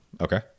Okay